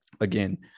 Again